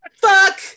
Fuck